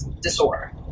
disorder